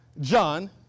John